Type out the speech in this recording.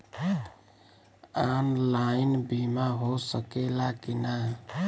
Online बीमा हो सकेला की ना?